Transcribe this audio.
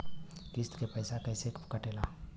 किस्त के पैसा कैसे कटेला?